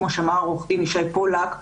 כמו שאמר עורך דין ישי פולק,